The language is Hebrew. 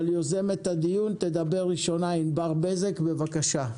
יוזמת הדיון תדבר ראשונה, ענבר בזק בבקשה.